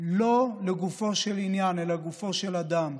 לא לגופו של עניין אלא לגופו של אדם.